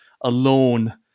alone